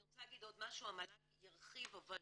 אני רוצה להגיד עוד משהו, המל"ג ירחיב, אבל